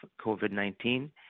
COVID-19